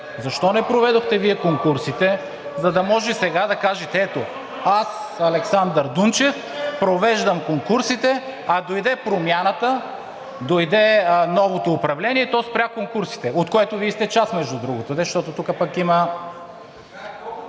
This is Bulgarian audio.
Защо не проведохте Вие конкурсите, за да може сега да кажете: „Ето аз, Александър Дунчев, провеждам конкурсите, а дойде Промяната, дойде новото управление и то спря конкурсите“, от което Вие сте част, между другото.